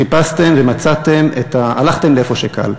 חיפשתם ומצאתם, הלכתם לאיפה שקל.